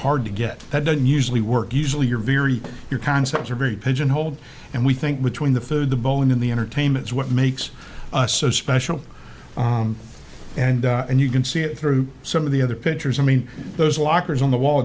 hard to get that doesn't usually work easily you're very your concepts are very pigeonholed and we think between the food the bowl and in the entertainments what makes us so special and and you can see it through some of the other pictures i mean those lockers on the wall